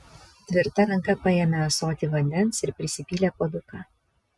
tvirta ranka paėmė ąsotį vandens ir prisipylė puoduką